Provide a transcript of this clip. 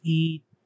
eat